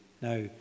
Now